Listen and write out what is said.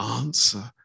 answer